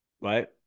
Right